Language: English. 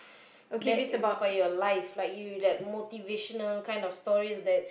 that is about your life like you like motivational kind of stories that